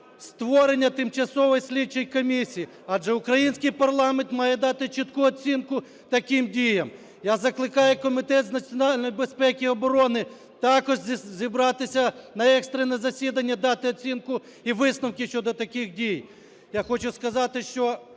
створення тимчасової слідчої комісії, адже український парламент має дати чітку оцінку таким діям. Я закликаю Комітет з національної безпеки і оборони також зібратися на екстрене засідання, дати оцінку і висновки щодо таких дій. Я хочу сказати, що